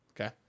Okay